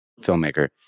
filmmaker